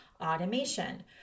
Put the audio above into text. automation